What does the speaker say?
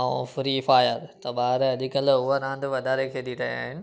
ऐं free fire त ॿार अॼुकल्ह उहा रांदि वधारे खेॾी रहिया आहिनि